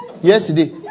Yesterday